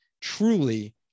truly